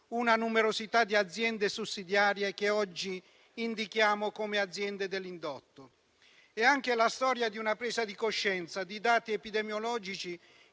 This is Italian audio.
numerose aziende sussidiarie che oggi indichiamo come aziende dell'indotto. È anche la storia di una presa di coscienza di dati epidemiologici